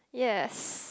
yes